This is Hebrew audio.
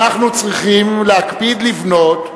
אנחנו צריכים להקפיד לבנות,